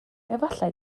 efallai